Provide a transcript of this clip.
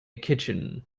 kitchen